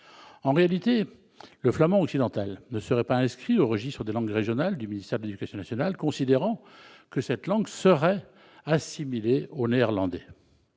En réalité, le flamand occidental ne serait pas inscrit au registre des langues régionales du ministère de l'éducation nationale, considérant que cette langue serait assimilée au néerlandais.